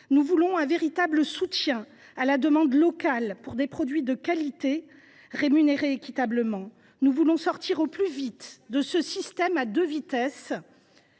Nous voulons un véritable soutien à la demande locale, pour des produits de qualité rémunérés équitablement. Et pas chers ! Nous voulons sortir au plus vite de ce système à deux vitesses